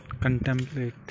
contemplate